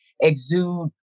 exude